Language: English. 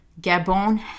Gabon